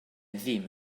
ddim